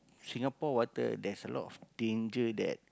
Singapore water there's a lot of danger that